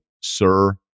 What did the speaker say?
Sir